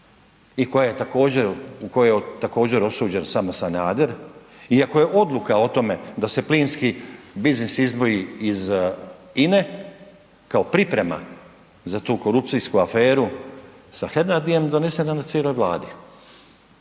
u kojoj je također osuđen samo Sanader, iako je odluka o tome da se plinski biznis izdvoji iz INA-e kao priprema za tu korupcijsku aferu sa Hernadiem donese … cijeloj Vladi.